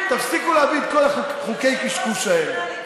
תפסיקו להביא את כל חוקי הקשקוש האלה.